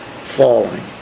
falling